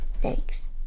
Thanks